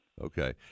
Okay